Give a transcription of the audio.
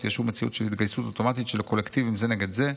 לא תהיה שוב מציאות של התגייסות אוטומטית של קולקטיבים זה נגד זה,